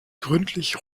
gründlich